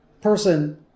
person